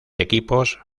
equipos